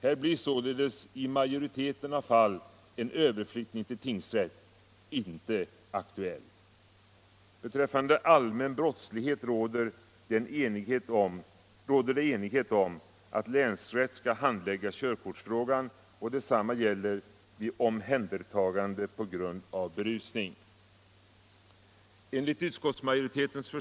Här blir således i majoriteten av fall en överflyttning till tingsrätt inte aktuell. Beträffande allmän brottslighet råder det enighet om att länsrätt skall handlägga körkortsfrågan och detsamma gäller vid omhändertagande på grund av berusning.